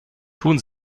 tun